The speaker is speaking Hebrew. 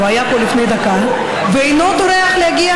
הוא היה פה לפני דקה ואינו טורח להגיע